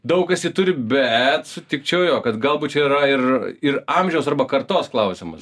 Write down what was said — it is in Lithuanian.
daug kas jį turi bet sutikčiau jo kad galbūt čia yra ir ir amžiaus arba kartos klausimas